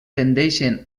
tendeixen